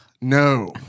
No